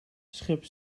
schip